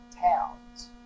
towns